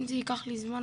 אם זה ייקח לי זמן,